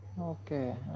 Okay